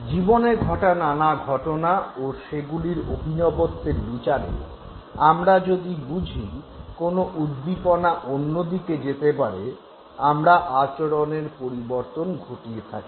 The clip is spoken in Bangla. জীবনে ঘটা নানা ঘটনা ও সেগুলির অভিনবত্বের বিচারে আমরা যদি বুঝি কোনো উদ্দীপনা অন্যদিকে যেতে পারে আমরা আচরণের পরিবর্তন ঘটিয়ে থাকি